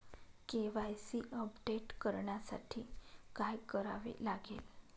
KYC update करण्यासाठी काय करावे लागेल?